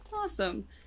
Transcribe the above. Awesome